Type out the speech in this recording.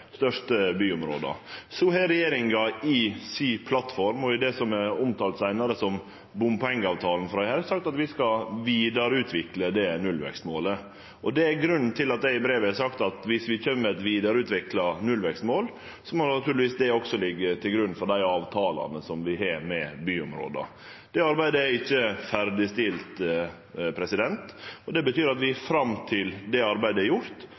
største byområda. Så har regjeringa i plattforma og i det som seinare er omtalt som bompengeavtalen frå i haust, sagt at vi skal vidareutvikle det nullvekstmålet. Det er grunnen til at eg i brevet har sagt at viss vi kjem med eit vidareutvikla nullvekstmål, må det naturlegvis liggje til grunn for dei avtalane vi har med byområda. Det arbeidet er ikkje ferdigstilt, og det betyr at vi fram til det arbeidet er gjort,